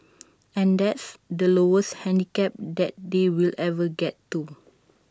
and that's the lowest handicap that they'll ever get to